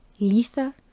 Litha